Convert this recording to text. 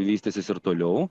vystysis ir toliau